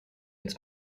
its